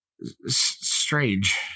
strange